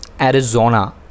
Arizona